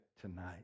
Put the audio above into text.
tonight